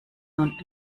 nun